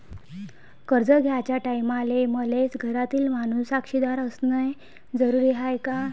कर्ज घ्याचे टायमाले मले घरातील माणूस साक्षीदार असणे जरुरी हाय का?